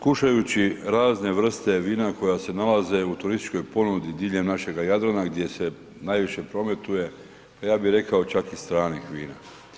Kušajući razne vrste vina koja se nalaze u turističkoj ponudi diljem našega Jadrana gdje se najviše prometuje, pa ja bi rekao čak i stranih vina.